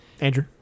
Andrew